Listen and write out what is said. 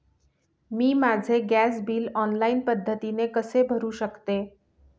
मी माझे gas bill online पद्धतीने कसे भरु शकते?